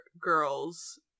girls